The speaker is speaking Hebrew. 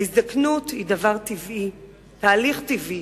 ההזדקנות היא דבר טבעי, תהליך טבעי.